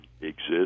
exist